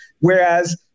Whereas